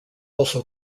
also